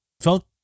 felt